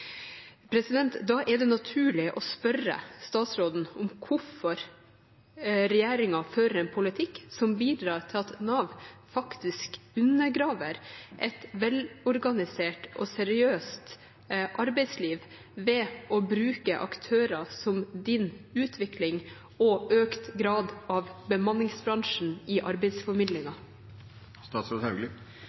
Da er det naturlig å spørre statsråden om hvorfor regjeringen fører en politikk som bidrar til at Nav faktisk undergraver et velorganisert og seriøst arbeidsliv ved å bruke aktører som Din Utvikling og økt grad av bemanningsbransjen i